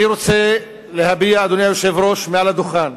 אני רוצה להביע מעל הדוכן,